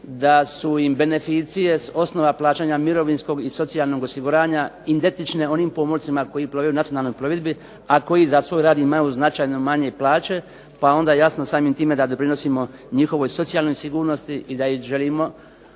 da su im beneficije s osnova plaćanja mirovinskog i socijalnog osiguranja identične onim pomorcima koji plove u nacionalnoj plovidbi, a koji za svoj rad imaju značajno manje plaće, pa onda jasno samim time da doprinosimo njihovoj socijalnoj sigurnosti i da im želimo